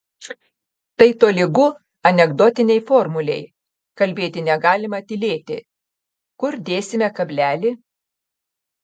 tai tolygu anekdotinei formulei kalbėti negalima tylėti kur dėsime kablelį